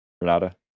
Renata